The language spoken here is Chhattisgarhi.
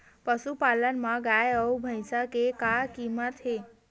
पशुपालन मा गाय अउ भंइसा के का कीमत हे?